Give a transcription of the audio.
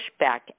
pushback